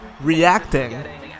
reacting